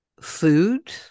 food